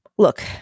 Look